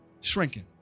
shrinking